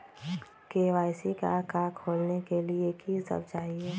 KYC का का खोलने के लिए कि सब चाहिए?